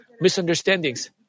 misunderstandings